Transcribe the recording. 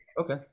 okay